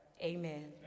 Amen